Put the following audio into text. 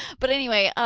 but anyway,